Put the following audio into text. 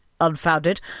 unfounded